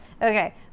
Okay